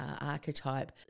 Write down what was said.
archetype